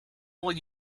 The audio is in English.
will